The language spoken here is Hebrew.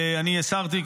אני הסרתי,